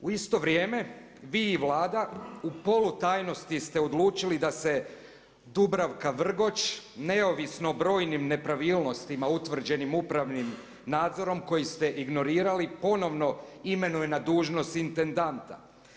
U isto vrijeme vi i Vlada u polu tajnosti ste odlučili da se Dubravka Vrgoč, neovisno o brojnim nepravilnostima utvrđenim upravnim nadzorom koji ste ignorirali ponovno imenuje na dužnost intendanta.